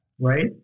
right